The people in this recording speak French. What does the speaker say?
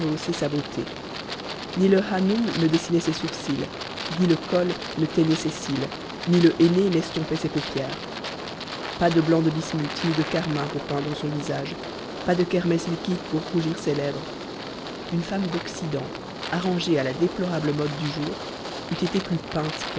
rehausser sa beauté ni le hanum ne dessinait ses sourcils ni le khol ne teignait ses cils ni le henné n'estompait ses paupières pas de blanc de bismuth ni de carmin pour peindre son visage pas de kermès liquide pour rougir ses lèvres une femme d'occident arrangée à la déplorable mode du jour